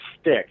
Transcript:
stick